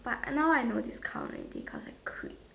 but I no discount already cause I quit